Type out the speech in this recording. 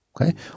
okay